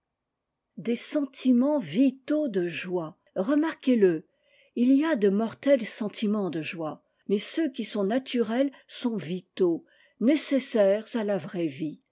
des sentiments vitaux de joie remarquez-le il y a de mortels sentiments de joie mais ceux qui sont naturels sont vitaux nécessaires à la vraie vie